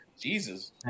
Jesus